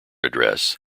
address